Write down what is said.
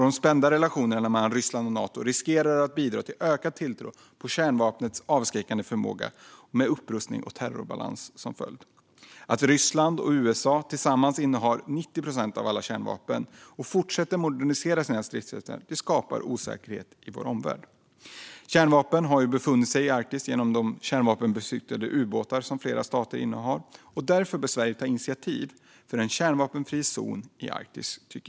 Den spända relationen mellan Ryssland och Nato riskerar att bidra till ökad tilltro till kärnvapnens avskräckande förmåga, med upprustning och terrorbalans som följd. Att Ryssland och USA tillsammans innehar 90 procent av alla kärnvapen och fortsätter att modernisera sina stridsspetsar skapar osäkerhet i vår omvärld. Kärnvapen har befunnit sig i Arktis genom de kärnvapenbestyckade ubåtar som flera stater innehar. Därför tycker vi att Sverige bör ta initiativ till en kärnvapenfri zon i Arktis.